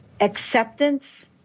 Acceptance